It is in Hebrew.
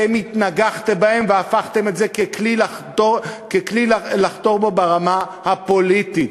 אתם התנגחתם בהם והפכתם את זה לכלי לחתור בו ברמה הפוליטית.